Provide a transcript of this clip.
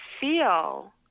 feel